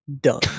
Done